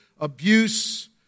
abuse